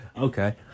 Okay